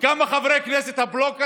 וכמה חברי כנסת הבלוק הזה?